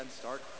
start